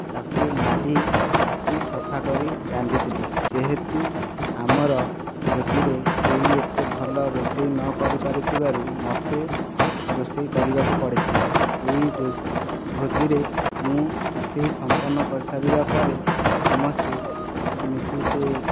ତାକୁ ମାରି କାଟି ସଫା କରି ରାନ୍ଧିଥିଲୁ ଯେହେତୁ ଆମର ଭୋଜିରେ କେହି ଏତେ ଭଲ ରୋଷେଇ ନକରିପାରୁଥିବାରୁ ମୋତେ ରୋଷେଇ କରିବାକୁ ପଡ଼ିଥିଲା ଏହି ଭୋଜିରେ ମୁଁ ରୋଷେଇ ସମ୍ପନ୍ନ କରିସାରିବା ପରେ ସମସ୍ତେ ମିଶି ସେ